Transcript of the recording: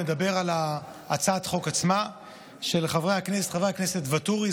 על הצעת החוק עצמה של חבר הכנסת ואטורי,